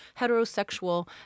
heterosexual